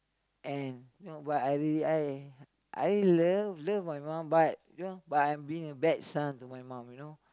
and you know what I really I I love love my mum but you know but I'm being a bad son to my mum you know